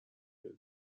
داری